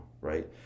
right